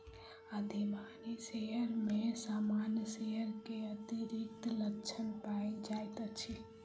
अधिमानी शेयर में सामान्य शेयर के अतिरिक्त लक्षण पायल जाइत अछि